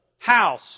House